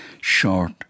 short